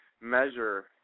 measure